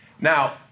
Now